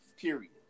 period